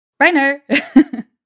Reiner